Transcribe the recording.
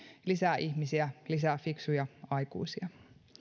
lisää ihmisiä lisää fiksuja aikuisia